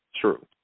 True